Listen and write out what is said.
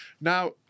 Now